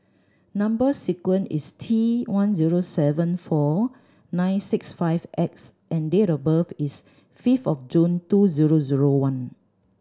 number sequence is T one zero seven four nine six five X and date of birth is fifth of June two zero zero one